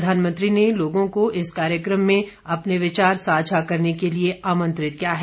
प्रधानमंत्री ने लोगों को इस कार्यक्रम में अपने विचार साझा करने के लिए आमंत्रित किया है